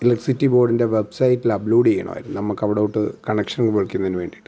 electricity ബോർഡിൻ്റെ വെബ്സൈറ്റിൽ upload ചെയ്യണമായിരുന്നു നമുക്ക് അവിടോട്ട് കണക്ഷൻ വെക്കുന്നതിനു വേണ്ടിയിട്ട്